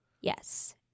Yes